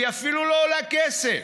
היא אפילו לא עולה כסף,